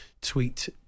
tweet